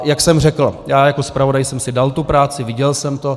Jak jsem řekl, já jako zpravodaj jsem si dal tu práci, viděl jsem to.